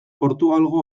portugalgo